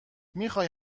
میخای